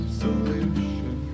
solution